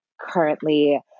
currently